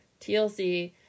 TLC